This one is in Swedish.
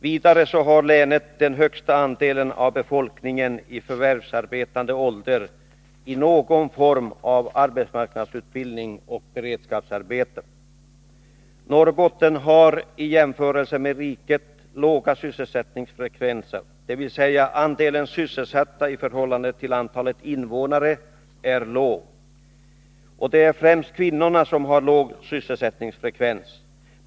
Vidare har länet den högsta procentsiffran när det gäller personer som är i produktiv ålder men som är föremål för någon form av arbetsmarknadsutbildning eller någon form av beredskapsarbete. Norrbotten har i jämförelse med riket i dess helhet en låg sysselsättningsfrekvens, dvs. andelen sysselsatta i förhållande till antalet invånare är låg. Det är främst kvinnorna som har låg sysselsättningsfrekvens.